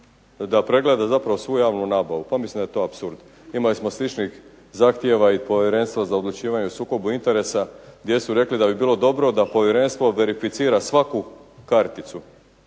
da pregleda svu javnu nabavu pa mislim da je to apsurd. Imali smo sličnih zahtjeva i povjerenstva za odlučivanje o sukobu interesa gdje su rekli da bi bilo dobro da povjerenstvo verificira svaku karticu,